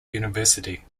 university